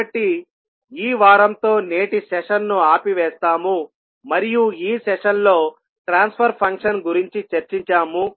కాబట్టి ఈ వారంతో నేటి సెషన్ను ఆపి వేస్తాము మరియు ఈ సెషన్ లో ట్రాన్స్ఫర్ ఫంక్షన్ గురించి చర్చించాము